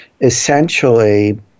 essentially